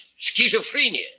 schizophrenia